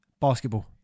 Basketball